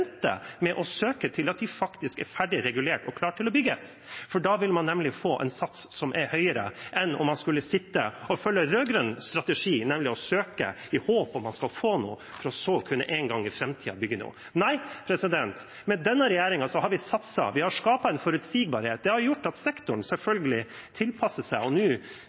med å søke til de faktisk er ferdig regulert og klare til å bygges. For da vil man nemlig få en sats som er høyere enn om man skulle følge rød-grønn strategi, nemlig å søke i håp om at man skal få noe, for så engang i framtiden å kunne bygge noe. Med denne regjeringen har vi satset, vi har skapt en forutsigbarhet. Det har gjort at sektoren selvfølgelig tilpasser seg og nå